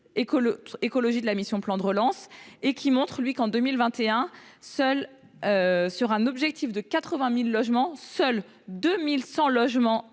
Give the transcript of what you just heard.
Écologie », de la mission « Plan de relance ». Il montre que, en 2021, sur un objectif de 80 000 logements, seuls 2 100 logements